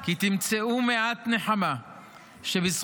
כי תמצאו מעט נחמה שבזכותכם,